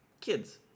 kids